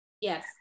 Yes